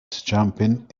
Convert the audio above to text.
jumping